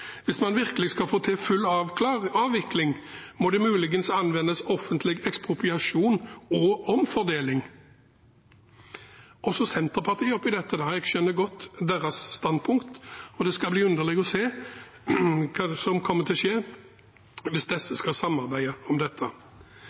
Hvis man virkelig skal få til en full avvikling, må det muligens anvendes offentlig ekspropriasjon og omfordeling. Og Senterpartiet oppi dette – jeg skjønner godt deres standpunkt, og det skal bli underlig å se hva som kommer til å skje hvis disse skal samarbeide om dette.